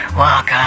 walk